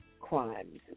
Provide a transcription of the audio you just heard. crimes